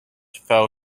fell